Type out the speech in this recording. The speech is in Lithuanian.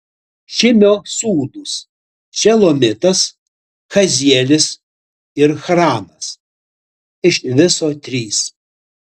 šimio sūnūs šelomitas hazielis ir haranas iš viso trys